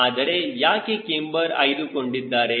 ಆದರೆ ಯಾಕೆ ಕ್ಯಾಮ್ಬರ್ ಆಯ್ದುಕೊಂಡಿದ್ದಾರೆ